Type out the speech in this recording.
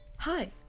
Hi